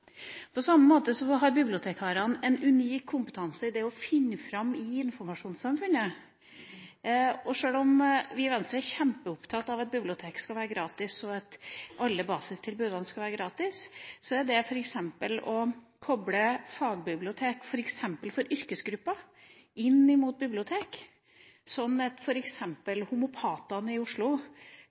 På samme måte har bibliotekarene en unik kompetanse innen det å finne fram i informasjonssamfunnet. Sjøl om vi i Venstre er kjempeopptatt av at biblioteket skal være gratis, og at alle basistilbudene skal være gratis, tror jeg vi må satse på sånne ting som å koble fagbibliotek – f.eks. for ulike yrkesgrupper – inn mot bibliotek, slik at f.eks. homeopatene i Oslo